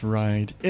right